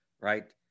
Right